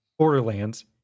Borderlands